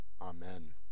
Amen